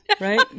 Right